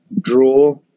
draw